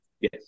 yes